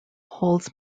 holds